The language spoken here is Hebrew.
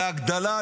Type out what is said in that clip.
והגדלת